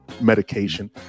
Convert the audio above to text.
medication